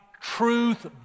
Truth